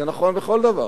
זה נכון בכל דבר.